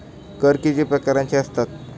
कर किती प्रकारांचे असतात?